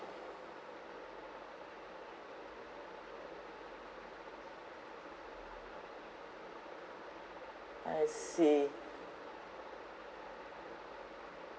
I see